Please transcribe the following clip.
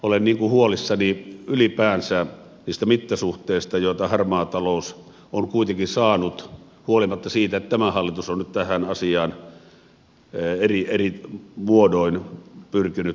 olen huolissani ylipäänsä niistä mittasuhteista joita harmaa talous on kuitenkin saanut huolimatta siitä että tämä hallitus on nyt tähän asiaan eri muodoin pyrkinyt puuttumaan